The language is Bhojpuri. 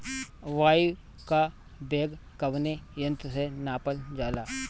वायु क वेग कवने यंत्र से नापल जाला?